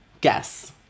guess